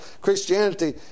Christianity